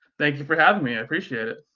thank you for having me i appreciate it.